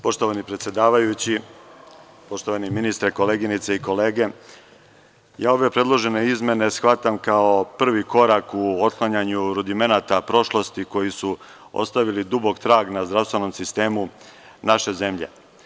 Poštovani predsedavajući, poštovani ministre, koleginice i kolege, ja ove predložene izmene shvatam kao prvi korak u otklanjanju rudimenata prošlosti koji su ostavili dubok trag na zdravstvenom sistemu naše zemlje.